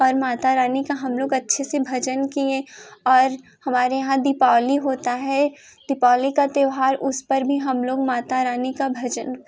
और माता रानी का हम लोग अच्छे से भजन किएँ और हमारे यहाँ दीपावली होता है दीपावली का त्यौहार उस पर हम भी लोग माता रानी का भजन